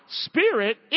spirit